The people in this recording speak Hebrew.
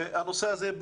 הנושא הזה,